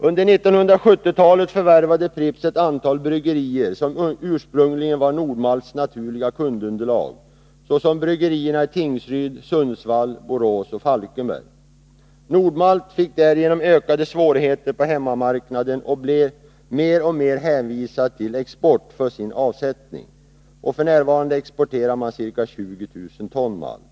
Under 1970-talet förvärvade Pripps ett antal bryggerier som ursprungligen var Nord-Malts naturliga kundunderlag, såsom bryggerierna i Tingsryd, Sundsvall, Borås och Falkenberg. Nord-Malt fick därigenom ökade svårigheter på hemmamarknaden och blev mer och mer hänvisat till export för sin avsättning. F. n. exporterar man ca 20 000 ton malt.